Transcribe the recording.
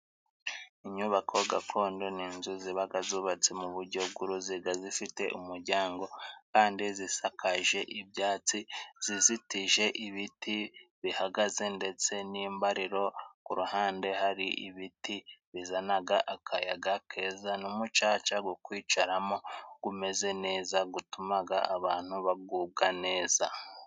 Inyubako gakondo ni inzu zibaga zubatse mubujyo bw'uruziga zifite umujyango kandi zisakaje ibyatsi, zizitije ibiti bihagaze, ndetse n'imbariro. Ku ruhande hari ibiti bizanaga akayaga keza n'umucaca go kwicaramo gumeze neza gutumaga abantu bagubwa neza.